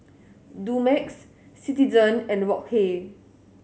Dumex Citizen and Wok Hey